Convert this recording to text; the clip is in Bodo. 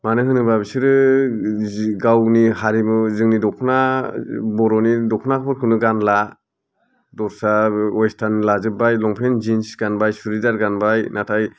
मानो होनोब्ला बिसोरो जि गावनि हारिमु जोंनि दख'ना बर'नि दख'नाफोरखौनो गानला दस्रा अवेस्टार्न लाजोब्बाय लंपेन्ट जिन्स गानबाय सुरिदार गानबाय नाथाय